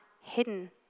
hidden